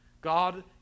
God